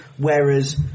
Whereas